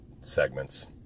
segments